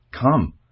Come